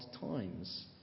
times